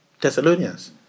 Thessalonians